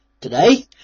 today